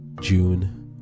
June